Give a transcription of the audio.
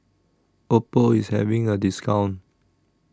Oppo IS having A discount